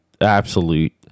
absolute